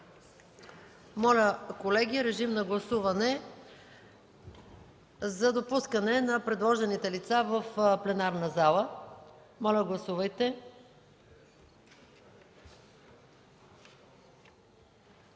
Моля, колеги, режим на гласуване за допускане на предложените лица в пленарната зала. Гласували